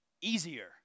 easier